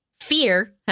fear